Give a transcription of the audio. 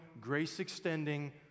grace-extending